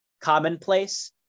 commonplace